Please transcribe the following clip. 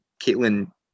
caitlin